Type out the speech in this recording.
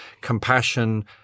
compassion